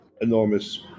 enormous